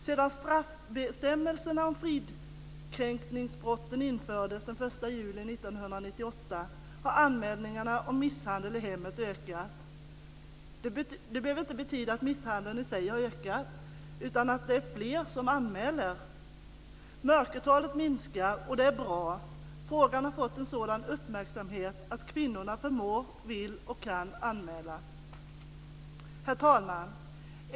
Sedan straffbestämmelserna om fridskränkningsbrotten infördes den 1 juli 1998 har anmälningarna om misshandel i hemmet ökat. Det behöver inte betyda att misshandeln i sig har ökat, utan att det är fler som anmäler. Mörkertalet minskar, och det är bra. Frågan har fått en sådan uppmärksamhet att kvinnorna förmår, vill och kan anmäla. Herr talman!